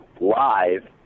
live